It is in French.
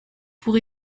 pour